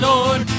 Lord